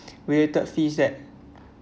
related fees that